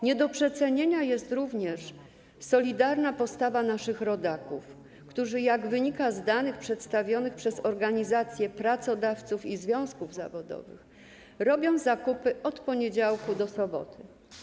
Nie do przecenienia jest również solidarna postawa naszych rodaków, którzy jak wynika z danych przedstawionych przez organizacje pracodawców i związków zawodowych, robią zakupy od poniedziałku do soboty.